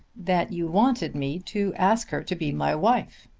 that you wanted me to ask her to be my wife.